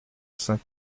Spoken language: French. saint